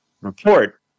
report